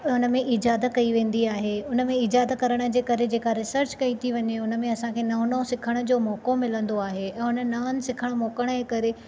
हुन में इजाद कई वेंदी आहे हुन में इजाद करण जे करे जेका रिसर्च कई थी वञे हुन में असांखे नओं नओं सिखण जो मौको मिलंदो आहे ऐं हुन नवंनि सिखण जे मौकनि जे करे